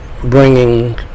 bringing